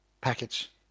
package